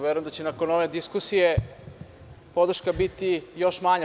Verujem da će nakon ove diskusije podrška biti još manja.